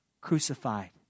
crucified